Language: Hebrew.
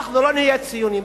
אנחנו לא נהיה ציונים.